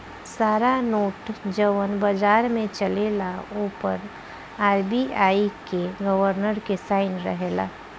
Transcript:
सारा नोट जवन बाजार में चलेला ओ पर आर.बी.आई के गवर्नर के साइन रहेला